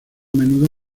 menudo